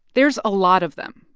there's a lot of them,